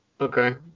Okay